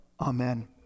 amen